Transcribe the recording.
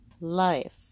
life